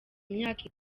imyaka